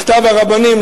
מכתב הרבנים,